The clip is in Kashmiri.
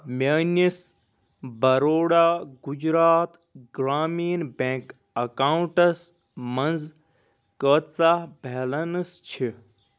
میٲنِس بَروڈا گُجرات گرٛامیٖن بیٚنٛک اکاونٹَس منٛٛز کٲژہ بیلنس چھ